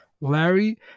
Larry